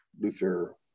luther